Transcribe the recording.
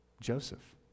Joseph